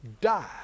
die